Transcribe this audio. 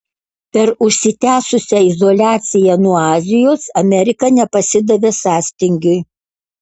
per užsitęsusią izoliaciją nuo azijos amerika nepasidavė sąstingiui